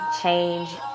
change